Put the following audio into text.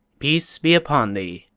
peace be upon thee,